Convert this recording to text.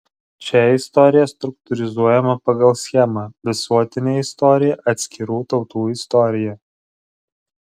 čia istorija struktūrizuojama pagal schemą visuotinė istorija atskirų tautų istorija